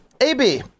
Ab